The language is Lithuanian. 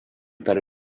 per